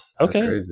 Okay